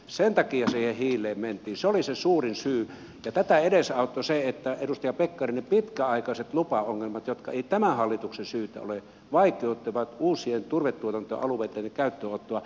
sen takia siihen hiileen mentiin se oli se suurin syy ja tätä edesauttoi se edustaja pekkarinen että pitkäaikaiset lupaongelmat jotka eivät tämän hallituksen syytä ole vaikeuttivat uusien turvetuotantoalueiden käyttöönottoa